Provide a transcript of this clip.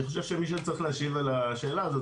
אני חושב שמי שצריך להשיב על השאלה הזאת